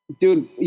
Dude